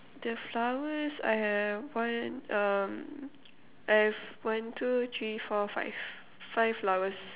the flowers I have one um I have one two three four five five flowers